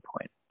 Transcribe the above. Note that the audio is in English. point